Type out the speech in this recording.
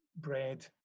bread